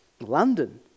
London